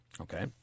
okay